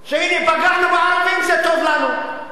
שהנה, פגענו בערבים, זה טוב לנו.